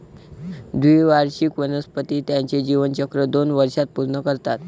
द्विवार्षिक वनस्पती त्यांचे जीवनचक्र दोन वर्षांत पूर्ण करतात